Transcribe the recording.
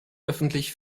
öffentlich